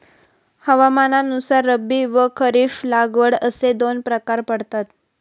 हवामानानुसार रब्बी व खरीप लागवड असे दोन प्रकार पडतात